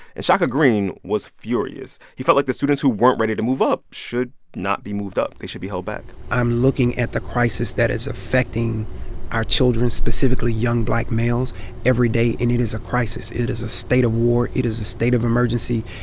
and shaka green was furious. he felt like the students who weren't ready to move up should not be moved up. they should be held back i'm looking at the crisis that is affecting our children, specifically young black males every day, and it is a crisis. it is a state of war. it is a state of emergency.